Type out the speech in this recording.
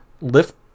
lift